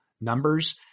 numbers